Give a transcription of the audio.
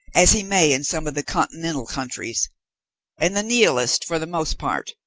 as he may in some of the continental countries and the nihilists, for the most part,